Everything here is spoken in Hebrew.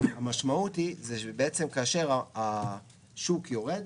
המשמעות היא שבעצם כאשר השוק יורד